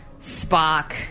Spock